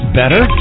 better